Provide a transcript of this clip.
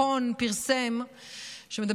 ואת